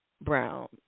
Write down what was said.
Brown